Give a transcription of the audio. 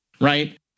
right